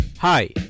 Hi